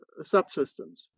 subsystems